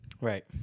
Right